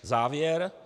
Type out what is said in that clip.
Závěr.